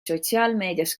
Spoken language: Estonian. sotsiaalmeedias